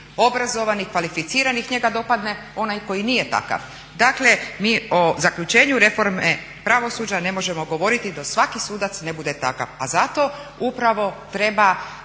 obrazovanih, kvalificiranih, njega dopadne onaj koji nije takav. Dakle mi o zaključenju reforme pravosuđa ne možemo govoriti dok svaki sudac ne bude takav, a zato upravo treba